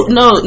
no